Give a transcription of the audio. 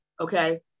Okay